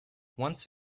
once